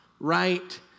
Right